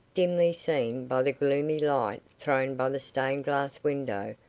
dimly seen by the gloomy light thrown by the stained-glass window,